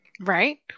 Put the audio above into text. Right